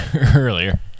earlier